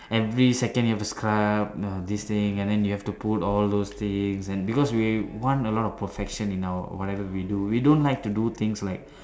every second you have to scrub know this thing and then you have to put all those things and because we want a lot of perfection in our whatever we do we don't like to do things like